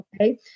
Okay